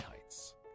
Heights